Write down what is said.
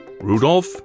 Rudolph